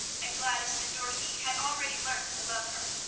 and gladys and dorothy had already learned to love her.